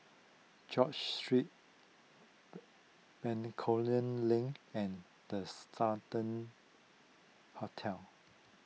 George Street Bencoolen Link and the Sultan Hotel